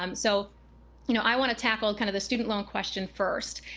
um so you know i want to tackle kind of the student loan question first.